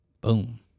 Boom